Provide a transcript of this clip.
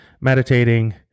meditating